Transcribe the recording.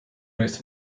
based